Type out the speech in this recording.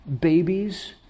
Babies